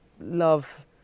love